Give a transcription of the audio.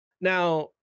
now